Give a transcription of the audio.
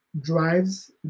drives